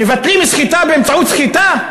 מבטלים סחיטה באמצעות סחיטה?